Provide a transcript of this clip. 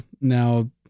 Now